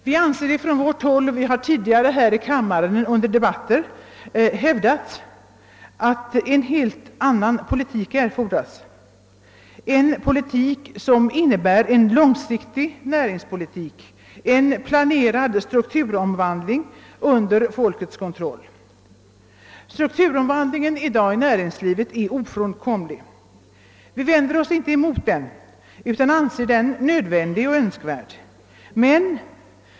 Vi menar från vårt håll och har redan tidigare under debatter här i kammaren hävdat att en helt annan politik erfordras — en långsiktig näringspolitik, en planerad strukturomvandling under folkets kontroll. Dagens strukturomvandling inom näringslivet är ofrånkomlig. Vi vänder oss inte mot den utan anser den nödvändig och önskvärd.